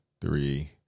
three